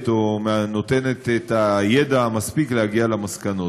או נותנת ידע המספיק להגיע למסקנות.